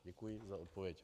Děkuji za odpověď.